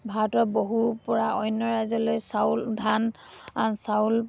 ভাৰতৰ বহু পৰা অন্য ৰাজ্য়লৈ চাউল ধান চাউল